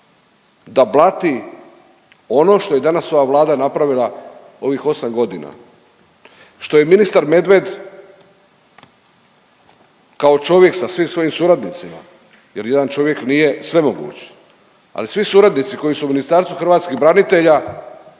da blati ono što je danas ova Vlada napravila u ovih 8 godina, što je ministar Medved kao čovjek sa svim svojim suradnicima, jer jedan čovjek nije svemoguć, ali svi suradnici koji su u Ministarstvu hrvatskih branitelja